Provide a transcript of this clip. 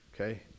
okay